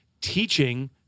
teaching